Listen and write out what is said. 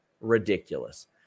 Ridiculous